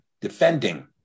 defending